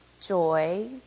joy